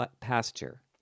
pasture